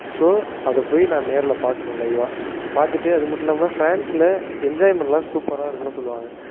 so அதை போய் நான் நேரில் பார்க்கணும் லைவ்வாக பார்த்துட்டு அதுமட்டும் இல்லாமல் ஃபிரான்ஸில் என்ஜாய்மெண்ட்லாம் சூப்பராக இருக்குனு சொல்லுவாங்க